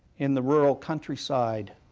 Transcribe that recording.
in the rural countryside,